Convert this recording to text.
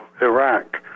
Iraq